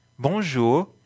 Bonjour